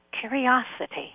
Curiosity